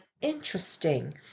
interesting